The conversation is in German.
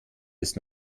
ist